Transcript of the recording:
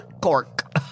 Cork